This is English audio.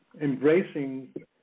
embracing